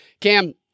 Cam